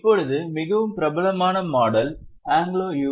இப்போது மிகவும் பிரபலமான மாடல் ஆங்கிலோ யு